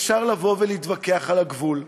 אפשר להתווכח על הגבול,